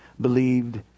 believed